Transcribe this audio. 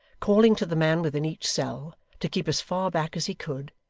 calling to the man within each cell, to keep as far back as he could,